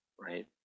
right